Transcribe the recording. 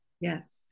Yes